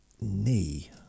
knee